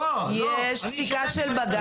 יש פסיקה של בג"ץ.